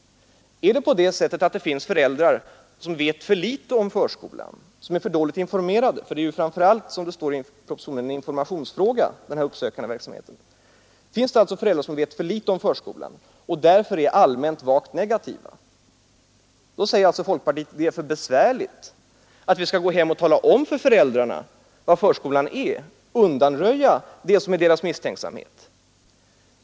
Om några föräldrar vet för litet om förskolan, om de är dåligt informerade och därför allmänt vagt negativa — och som det står i propositionen är den uppsökande verksamheten framför allt en informationsfråga — så säger alltså folkpartiet att det är för besvärligt att vi går hem och talar om för föräldrarna vad förskolan är och därmed undanröjer deras misstänksamhet.